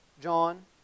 John